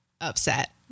upset